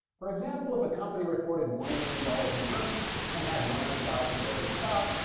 for example, if a company reported one million dollars in earnings and had one hundred thousand shares of stock,